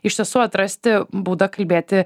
iš tiesų atrasti būdą kalbėti